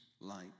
light